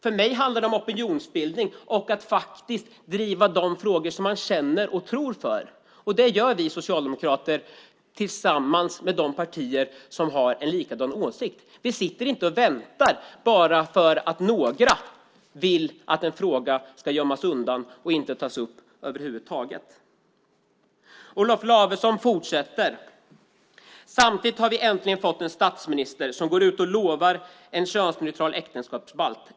För mig handlar det om opinionsbildning och att driva de frågor som man känner för och tror på. Det gör vi socialdemokrater tillsammans med de partier som har samma åsikt. Vi sitter inte och väntar bara för att några vill att en fråga ska gömmas undan och inte tas upp över huvud taget. Olof Lavesson fortsätter: Samtidigt har vi äntligen fått en statsminister som går ut och lovar en könsneutral äktenskapsbalk.